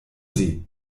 sie